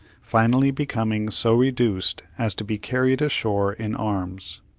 finally becoming so reduced as to be carried ashore in arms.